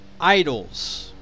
idols